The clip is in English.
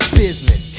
business